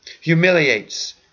humiliates